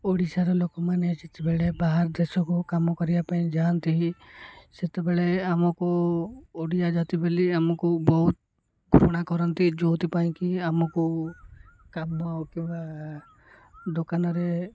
ଓଡ଼ିଶାର ଲୋକମାନେ ଯେତେବେଳେ ବାହାର ଦେଶକୁ କାମ କରିବା ପାଇଁ ଯାଆନ୍ତି ସେତେବେଳେ ଆମକୁ ଓଡ଼ିଆ ଜାତି ବୋଲି ଆମକୁ ବହୁତ ଘୃଣା କରନ୍ତି ଯେଉଁଥିପାଇଁ କିି ଆମକୁ କାମ କିମ୍ବା ଦୋକାନରେ